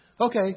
Okay